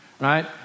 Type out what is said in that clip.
right